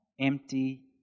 empty